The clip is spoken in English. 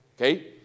okay